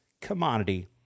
commodity